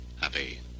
happy